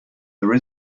there